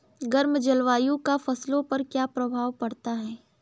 गर्म जलवायु का फसलों पर क्या प्रभाव पड़ता है?